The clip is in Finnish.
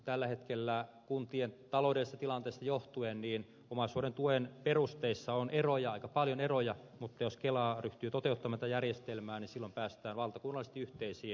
tällä hetkellä kuntien taloudellisesta tilanteesta johtuen omaishoidon tuen perusteissa on aika paljon eroja mutta jos kela ryhtyy toteuttamaan tätä järjestelmää niin silloin päästään valtakunnallisesti yhteisiin kriteereihin